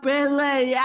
Billy